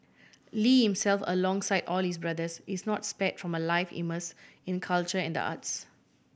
Lee himself alongside all his brothers is not spare from a life immerse in culture and the arts